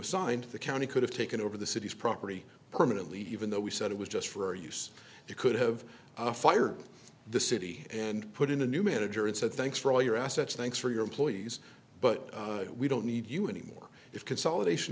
was signed the county could have taken over the city's property permanently even though we said it was just for our use you could have fire the city and put in a new manager and said thanks for all your assets thanks for your employees but we don't need you anymore if consolidation